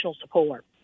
support